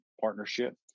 partnership